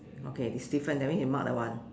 okay it's different that means you mark that one